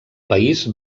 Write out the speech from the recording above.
país